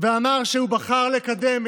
ואמר שהוא בחר לקדם,